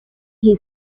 his